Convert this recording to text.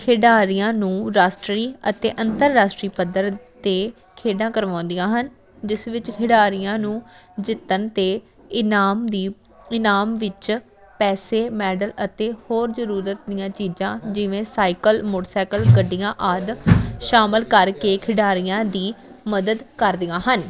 ਖਿਡਾਰੀਆਂ ਨੂੰ ਰਾਸ਼ਟਰੀ ਅਤੇ ਅੰਤਰਰਾਸ਼ਟਰੀ ਪੱਧਰ 'ਤੇ ਖੇਡਾਂ ਕਰਵਾਉਂਦੀਆਂ ਹਨ ਜਿਸ ਵਿੱਚ ਖਿਡਾਰੀਆਂ ਨੂੰ ਜਿੱਤਣ 'ਤੇ ਇਨਾਮ ਦੀ ਇਨਾਮ ਵਿੱਚ ਪੈਸੇ ਮੈਡਲ ਅਤੇ ਹੋਰ ਜ਼ਰੂਰਤ ਦੀਆਂ ਚੀਜ਼ਾਂ ਜਿਵੇਂ ਸਾਈਕਲ ਮੋਟਰਸਾਈਕਲ ਗੱਡੀਆਂ ਆਦਿ ਸ਼ਾਮਿਲ ਕਰਕੇ ਖਿਡਾਰੀਆਂ ਦੀ ਮਦਦ ਕਰਦੀਆਂ ਹਨ